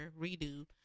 redo